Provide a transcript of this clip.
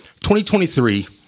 2023